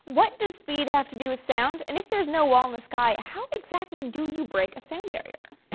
what does speed have to do with sound? and if there's no wall in the sky, how exactly do you break a sound barrier?